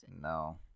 No